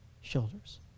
shoulders